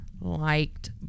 liked